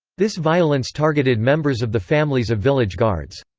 this violence targeted members of the families of village guards.